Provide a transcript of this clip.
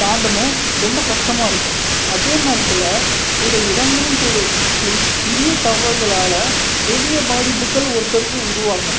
தாண்டணும் ரொம்ப கஷ்டமாக இருக்கும் அதே நேரத்தில் சில இடங்களில் செய்த சிறு சிறிய தவறுகளால் பெரிய பாதிப்புகள் ஒருத்தருக்கு உருவாகும்